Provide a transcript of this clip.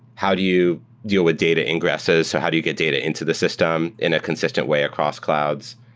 how do you deal with data ingresses? so how do you get data into the system in a consistent way across clouds?